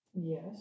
Yes